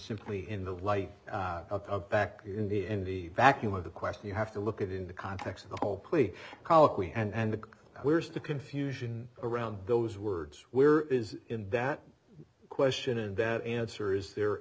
simply in the light back in the n t vacuum of the question you have to look at in the context of the whole plea colloquy and the where's the confusion around those words where is that question and that answer is there